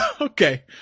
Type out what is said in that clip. Okay